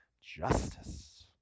justice